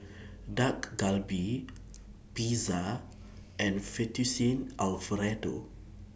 Dak Galbi Pizza and Fettuccine Alfredo